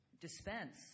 dispense